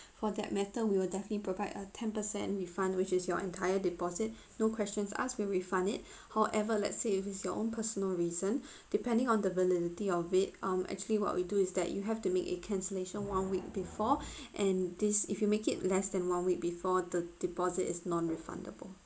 for that matter we will definitely provide a ten percent refund which is your entire deposit no questions asked we'll refund it however let's say if it is your own personal reason depending on the validity of it um actually what we do is that you have to make a cancellation one week before and this if you make it less than one week before the deposit is non-refundable